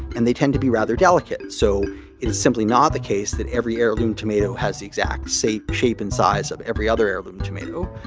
and they tend to be rather delicate. so it is simply not the case that every heirloom tomato has the exact shape shape and size of every other heirloom tomato.